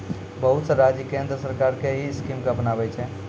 बहुत से राज्य केन्द्र सरकार के ही स्कीम के अपनाबै छै